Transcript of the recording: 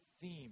theme